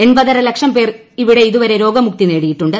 എൺപത്രര ലക്ഷം പേർ ഇവിടെ ഇതുവരെ രോഗമുക്തി നേടിയിട്ടുണ്ട്